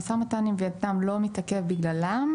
המשא ומתן עם וייטנאם לא מתעכב בגללם.